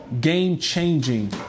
game-changing